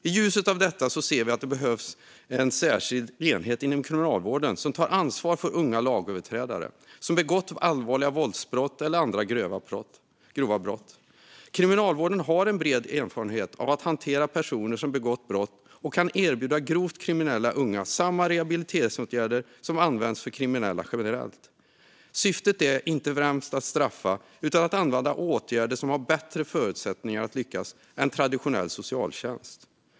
I ljuset av detta behövs en särskild enhet inom Kriminalvården som tar ansvar för unga lagöverträdare som har begått allvarliga våldsbrott eller andra grova brott. Kriminalvården har bred erfarenhet av att hantera personer som har begått brott och kan erbjuda grovt kriminella unga samma rehabiliteringsåtgärder som används för kriminella generellt. Syftet är inte främst att straffa utan att vidta åtgärder som har bättre förutsättningar att lyckas än traditionell socialtjänst.